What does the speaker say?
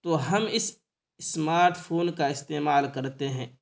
تو ہم اس اسمارٹ فون کا استعمال کرتے ہیں